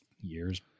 years